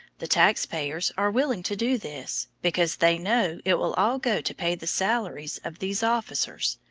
the tax-payers are willing to do this, because they know it will all go to pay the salaries of these officers,